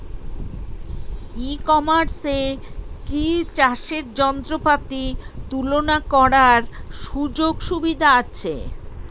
ই কমার্সে কি চাষের যন্ত্রপাতি তুলনা করার সুযোগ সুবিধা আছে?